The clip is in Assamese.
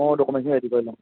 অঁ ডকুমেণ্টখিনি ৰেডি কৰি লও